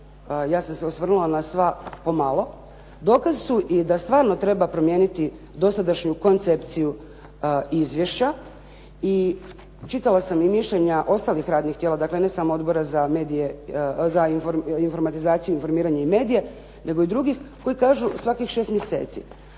ja sam se osvrnula na sva pomalo, dokaz su i da stvarno treba promijeniti dosadašnju koncepciju izvješća i čitala sam i mišljenja ostalih radnih tijela, dakle ne samo Odbora za informatizaciju, informiranje i medije nego i drugih koji kažu svakih šest mjeseci,